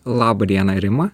laba diena rima